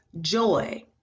joy